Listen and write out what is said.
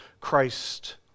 Christ